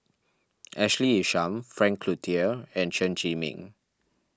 Ashley Isham Frank Cloutier and Chen Zhiming